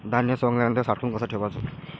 धान्य सवंगल्यावर साठवून कस ठेवाच?